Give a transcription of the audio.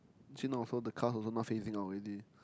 actually not so the cars also not facing out already